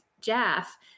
Jaff